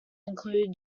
include